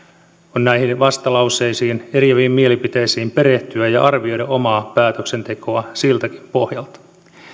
on näihin vastalauseisiin ja eriäviin mielipiteisiin perehtyä ja arvioida omaa päätöksentekoa siltäkin pohjalta